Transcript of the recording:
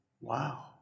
Wow